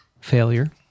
failure